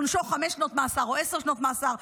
עונשו חמש שנות מאסר או עשר שנות מאסר,